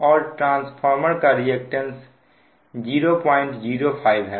और ट्रांसफार्मर का रिएक्टेंस 005 है